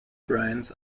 brands